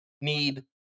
need